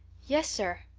yes, sir,